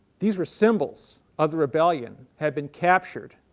these were symbols of the rebellion, had been captured,